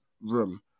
room